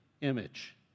image